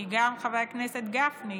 כי גם חבר הכנסת גפני